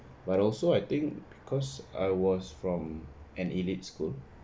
but also I think because I was from an elite school